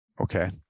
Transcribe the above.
Okay